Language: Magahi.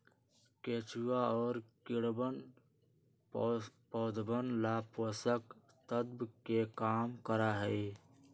केचुआ और कीड़वन पौधवन ला पोषक तत्व के काम करा हई